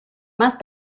más